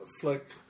flick